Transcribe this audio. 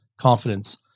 confidence